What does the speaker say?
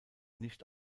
nicht